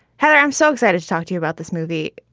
heather, i'm so excited to talk to you about this movie.